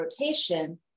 rotation